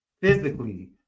physically